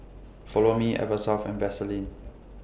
Follow Me Eversoft and Vaseline